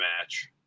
match